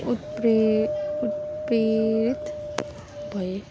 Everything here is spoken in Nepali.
उत्प्रे उत्प्रेरित भएँ